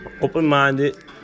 open-minded